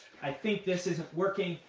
i think this isn't working.